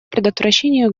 предотвращение